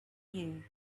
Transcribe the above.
you